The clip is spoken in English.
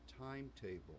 timetable